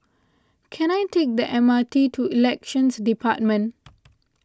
can I take the M R T to Elections Department